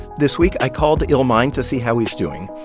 this week, i called illmind to see how he's doing.